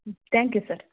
ಹ್ಞೂ thank you sir